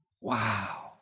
wow